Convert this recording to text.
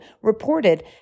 reported